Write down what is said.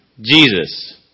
Jesus